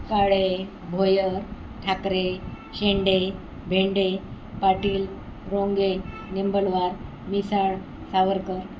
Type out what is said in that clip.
Kale Bhoyar Thackeray Shende Bhende Patil Ronge Nimbanwar Misal Savarkar